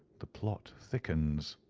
the plot thickens.